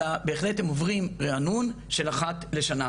אלא בהחלט הם עוברים ריענון של אחת לשנה,